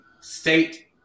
state